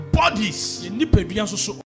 bodies